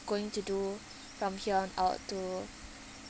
going to do from here on out to